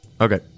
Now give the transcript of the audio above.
Okay